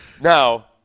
now